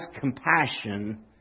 compassion